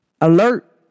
Alert